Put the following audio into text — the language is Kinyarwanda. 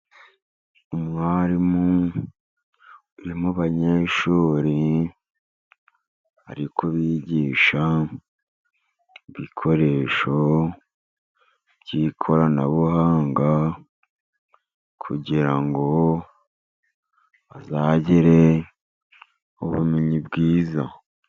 Umwarimu uri mu banyeshuri, ari kubigisha ibikoresho by'ikoranabuhanga, kugira ngo bazagire ubumenyi bwiza.